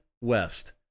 West